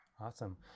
Awesome